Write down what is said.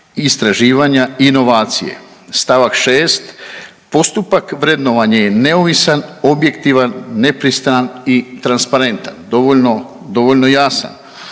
istraživanja inovacije, st. 6. postupak vrednovanja je neovisan, objektivan, nepristran i transparentan, dovoljno,